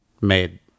Made